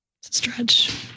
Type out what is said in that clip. Stretch